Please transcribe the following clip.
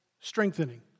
strengthening